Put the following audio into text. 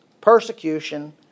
persecution